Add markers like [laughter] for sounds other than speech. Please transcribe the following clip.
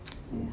[noise]